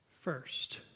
first